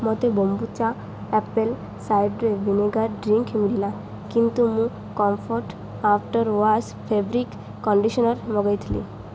ମୋତେ kombucha apple cider vinegar drink ମିଳିଲା କିନ୍ତୁ ମୁଁ Comfort after wash fabric conditioner ମଗାଇଥିଲି